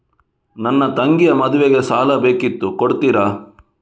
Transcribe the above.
ನನ್ನ ತಂಗಿಯ ಮದ್ವೆಗೆ ಸಾಲ ಬೇಕಿತ್ತು ಕೊಡ್ತೀರಾ?